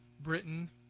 britain